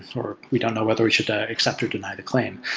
or we don't know whether we should ah accept or deny the claim.